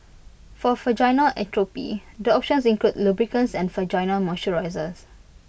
for vaginal atrophy the options include lubricants and vaginal moisturisers